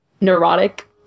neurotic